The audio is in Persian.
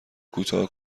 کوتاه